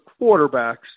quarterbacks